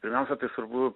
pirmiausia tai svarbu